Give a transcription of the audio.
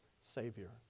Savior